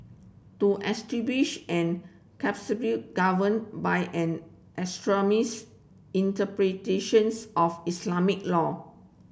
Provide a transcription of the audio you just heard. to establish an caliphate governed by an extremist interpretations of Islamic law